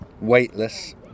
Weightless